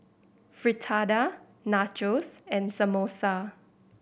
Fritada Nachos and Samosa